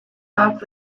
off